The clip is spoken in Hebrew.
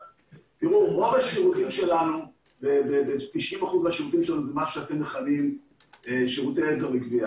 90% מהשירותים שלנו זה מה שאתם מכנים שירותי עזר לגבייה.